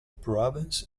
province